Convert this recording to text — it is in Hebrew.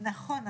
נכון,